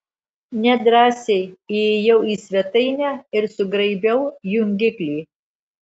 nedrąsiai įėjau į svetainę ir sugraibiau jungiklį